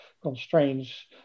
constraints